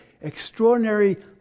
extraordinary